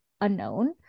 unknown